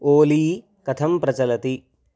ओली कथं प्रचलति